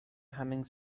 humming